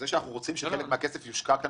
זה שאנחנו רוצים שחלק מהכסף יושקע כאן